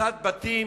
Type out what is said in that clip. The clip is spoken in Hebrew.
להריסת בתים